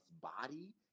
body